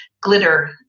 glitter